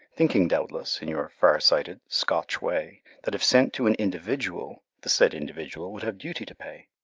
thinking doubtless, in your far-sighted, scotch way, that if sent to an individual, the said individual would have duty to pay.